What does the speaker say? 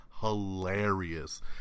hilarious